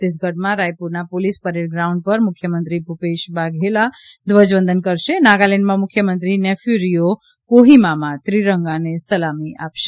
છત્તીસગઢમાં રાયપુરના police parade ground પર મુખ્યમંત્રી ભૂપેશ બાઘેલા ધ્વજવંદન કરશે નાગાલેન્ડમાં મુખ્યમંત્રી નેફ્યુ રીયો કોહીમામાં ત્રિરંગાને સલામી આપશે